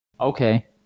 Okay